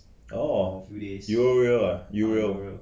oh eurorail ah eurorail